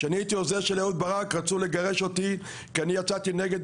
כשאני הייתי העוזר של אהוד ברק רצו לגרש אותי כי אני יצאתי נגד